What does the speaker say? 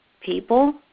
people